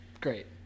Great